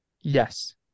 yes